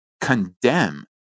condemn